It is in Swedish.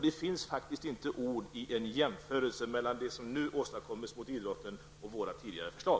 Det finns faktiskt inte ett ord som överensstämmer i en jämförelse mellan det som nu åstadkoms för idrotten och våra tidigare förslag.